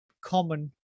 common